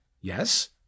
Yes